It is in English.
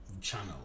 channel